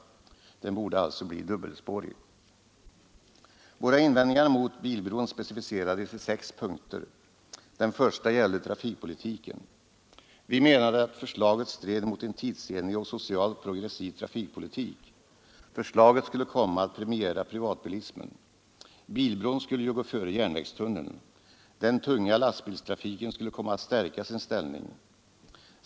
Den borde alltså bli dubbelspårig. Våra invändningar mot bilbron specificerades i sex punkter. Den första gällde trafikpolitiken. Vi menade att förslaget stred mot en tidsenlig och socialt progressiv trafikpolitik. Förslaget skulle komma att premiera privatbilismen. Bilbron skulle ju gå före järnvägstunneln. Den tunga lastbilstrafiken skulle komma att stärka sin ställning.